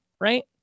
right